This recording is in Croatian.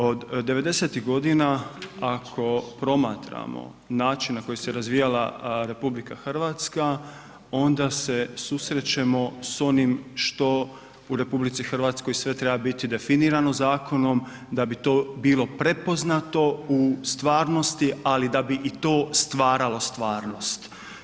Od '90.-tih godina ako promatramo način na koji se razvijala RH onda se susrećemo sa onim što u RH sve treba biti definirano zakonom da bi to bilo prepoznato u stvarnosti ali da bi i to stvaralo stvarnost.